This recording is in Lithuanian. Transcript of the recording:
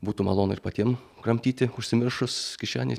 būtų malonu ir patiem kramtyti užsimiršus kišenėj